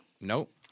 Nope